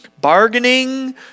bargaining